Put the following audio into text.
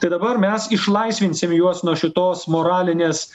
tai dabar mes išlaisvinsim juos nuo šitos moralinės